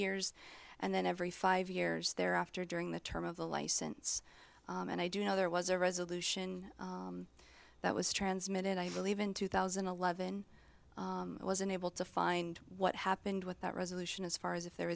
years and then every five years thereafter during the term of the license and i do know there was a resolution that was transmitted i believe in two thousand and eleven i was unable to find what happened with that resolution as far as if there